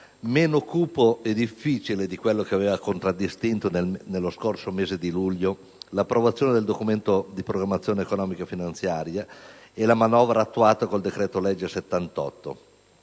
meno cupo e difficile di quello che aveva contraddistinto, nello scorso mese di luglio, l'approvazione del Documento di programmazione economico-finanziaria e la manovra attuata con il decreto-legge 1°